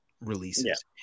releases